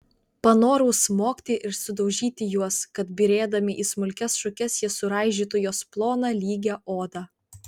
panorau smogti ir sudaužyti juos kad byrėdami į smulkias šukes jie suraižytų jos ploną lygią odą